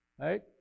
Right